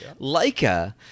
Leica